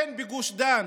הן בגוש דן